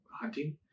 hunting